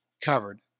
covered